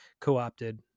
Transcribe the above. co-opted